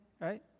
Right